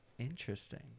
interesting